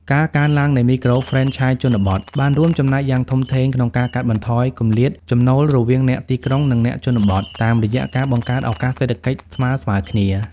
ការកើនឡើងនៃមីក្រូហ្វ្រេនឆាយជនបទ បានរួមចំណែកយ៉ាងធំធេងក្នុងការកាត់បន្ថយគម្លាតចំណូលរវាងអ្នកទីក្រុង និងអ្នកជនបទ តាមរយៈការបង្កើតឱកាសសេដ្ឋកិច្ចស្មើៗគ្នា។